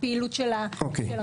הפעילות של הרכבת.